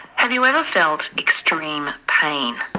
have you ever felt extreme pain?